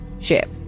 ship